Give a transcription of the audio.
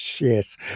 yes